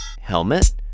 helmet